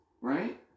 right